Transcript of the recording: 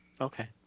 Okay